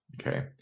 okay